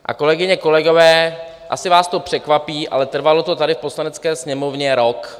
A kolegyně, kolegové, asi vás to překvapí, ale trvalo to tady v Poslanecké sněmovně rok.